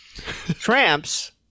Tramps